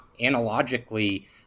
analogically